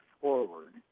forward